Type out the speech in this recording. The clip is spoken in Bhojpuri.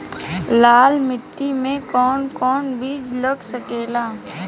लाल मिट्टी में कौन कौन बीज लग सकेला?